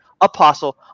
Apostle